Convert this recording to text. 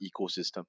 ecosystem